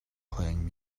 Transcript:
playing